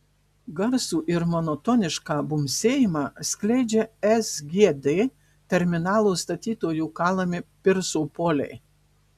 garsų ir monotonišką bumbsėjimą skleidžia sgd terminalo statytojų kalami pirso poliai